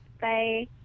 Bye